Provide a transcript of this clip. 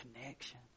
connection